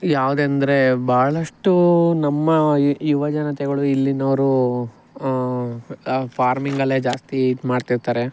ಯಾವುದೆಂದ್ರೆ ಭಾಳಷ್ಟು ನಮ್ಮ ಯುವಜನತೆಗಳು ಇಲ್ಲಿನವರು ಫಾರ್ಮಿಂಗಲ್ಲೇ ಜಾಸ್ತಿ ಇದುಮಾಡ್ತಿರ್ತರೆ